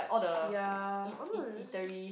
ya just